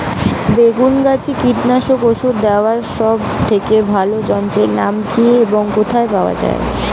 বেগুন গাছে কীটনাশক ওষুধ দেওয়ার সব থেকে ভালো যন্ত্রের নাম কি এবং কোথায় পাওয়া যায়?